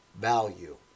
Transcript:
value